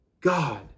God